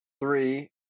three